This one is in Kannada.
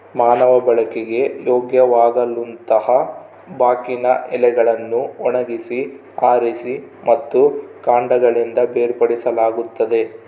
ಮಾನವ ಬಳಕೆಗೆ ಯೋಗ್ಯವಾಗಲುತಂಬಾಕಿನ ಎಲೆಗಳನ್ನು ಒಣಗಿಸಿ ಆರಿಸಿ ಮತ್ತು ಕಾಂಡಗಳಿಂದ ಬೇರ್ಪಡಿಸಲಾಗುತ್ತದೆ